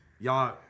Y'all